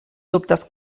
dubtes